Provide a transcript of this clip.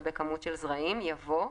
לגבי כמות של זרעים" יבוא: